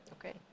Okay